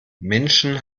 menschen